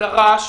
שדרש